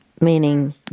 meaning